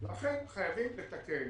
לכן, חייבים לתקן